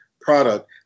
product